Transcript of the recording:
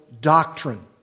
doctrine